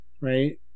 right